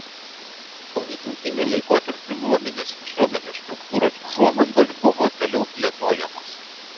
povytautiniu laikotarpiu luominės visuomenės struktūros užuomazgos buvo toliau plėtojamos